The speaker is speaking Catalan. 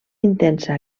intensa